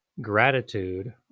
gratitude